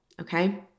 okay